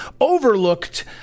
overlooked